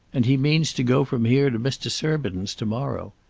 and he means to go from here to mr. surbiton's to-morrow.